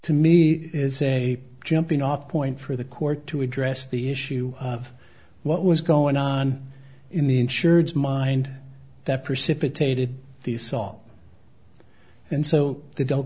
to me is a jumping off point for the court to address the issue of what was going on in the insureds mind that precipitated the song and so they don't